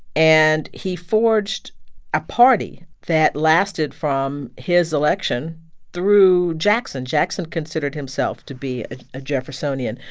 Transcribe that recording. and he forged a party that lasted from his election through jackson. jackson considered himself to be ah a jeffersonian.